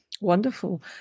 Wonderful